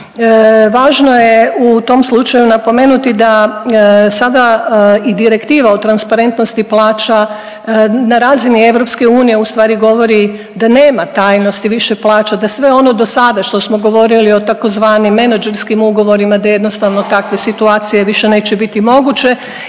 Važno je u tom slučaju napomenuti da sada i Direktiva o transparentnosti plaća na razini EU ustvari govori da nema tajnosti više plaća, da sve ono dosada što smo govorili o tzv. menadžerskim ugovorima, da jednostavno takve situacije više neće biti moguće